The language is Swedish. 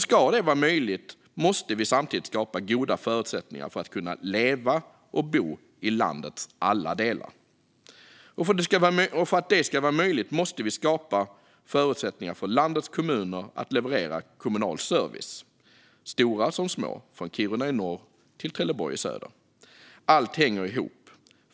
Ska detta vara möjligt måste vi samtidigt skapa goda förutsättningar för att leva och bo i landets alla delar. För att det ska vara möjligt måste vi skapa förutsättningar för landets kommuner att leverera kommunal service. Det gäller stora som små kommuner, från Kiruna i norr till Trelleborg i söder. Allt hänger ihop.